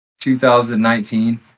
2019